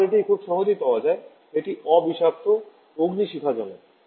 আবার এটি খুব সহজেই পাওয়া যায় এটি অ বিষাক্ত অগ্নিশিখাজনক